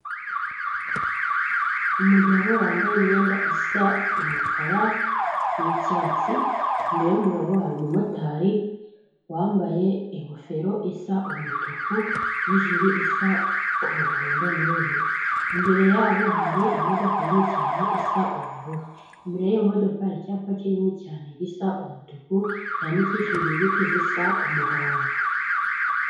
Umugabo wambaye imyenda isa umukara n'icyatsi, imbere y'umugabo hari umumotari wambaye ingofero isa umutuku n'ijiri isa umuhondo n'ubururu. Imbere yabo hari imodoka nini cyane isa ubururu. Imbere y'iyo modoka hari icyapa kinini cyane gisa umutuku cyandikishije inyuguti zisa umuhondo.